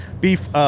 Beef